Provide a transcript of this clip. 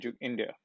India